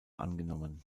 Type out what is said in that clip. angenommen